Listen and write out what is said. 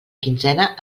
quinzena